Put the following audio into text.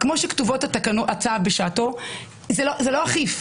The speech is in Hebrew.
כמו שכתובה ההצעה בשעתו זה לא אכיף,